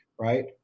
right